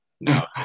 no